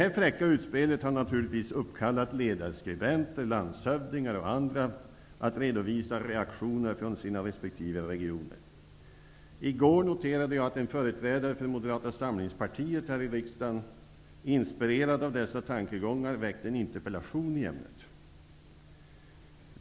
Detta fräcka utspel har naturligtvis uppkallat ledarskribenter, landshövdingar och andra att redovisa reaktioner från sina resp. regioner. I går noterade jag att en företrädare för Moderata samlingspartiet här i riksdagen, inspirerad av dessa tankegångar, väckt en interpellation i ämnet.